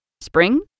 Spring